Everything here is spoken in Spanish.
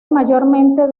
mayormente